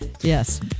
Yes